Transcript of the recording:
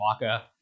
Waka